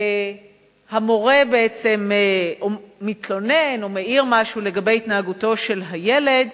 והמורה בעצם מתלונן או מעיר משהו לגבי התנהגותו של הילד,